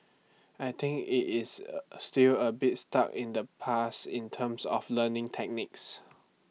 I think IT is A still A bit stuck in the past in terms of learning techniques